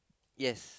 yes